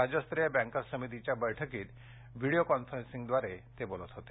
राज्यस्तरीय बँकर्स समितीच्या बैठकीत व्हीडीओ कॉन्फरन्सद्वारे ते बोलत होते